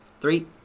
Three